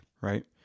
right